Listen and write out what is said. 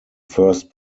first